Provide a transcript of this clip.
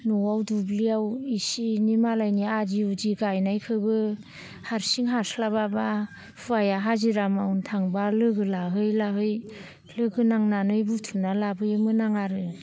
न'आव दुब्लियाव एसे एनै मालायनि आदि उदि गायनायखोबो हारसिं हास्लाब्लाबा हुवाया हाजिरा मावनो थांब्ला लोगो लाहै लाहै लोगो नांनानै बुथुमना लाबोयोमोन आरो आं